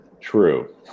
True